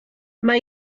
mae